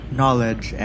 knowledge